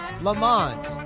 Lamont